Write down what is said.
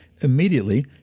immediately